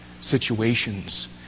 situations